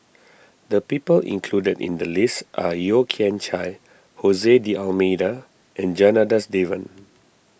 the people included in the list are Yeo Kian Chye Jose D'Almeida and Janadas Devan